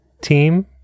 team